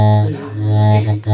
ya ya ya ya